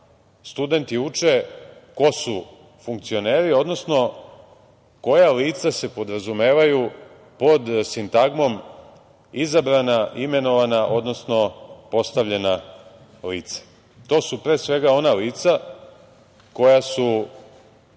studenti uče ko su funkcioneri, odnosno, koja lica se podrazumevaju pod sintagmom izabrana, imenovana, odnosno postavljena lica. To su ona lica koja su